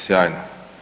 Sjajno.